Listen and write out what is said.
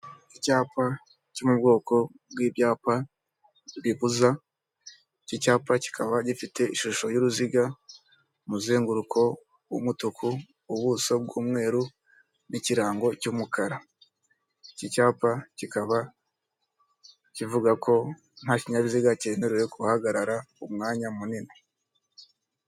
Icyapa cyo mu bwoko bw'ibyapa bibuza, iki cyapa kikaba gifite ishusho y'uruziga, umuzenguruko w'umutuku, ubuso bw'umweru, n'ikirango cy'umukara. Iki cyapa kikaba kivuga ko nta kinyabiziga cyemerewe guhagarara umwanya munini.